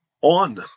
on